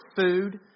food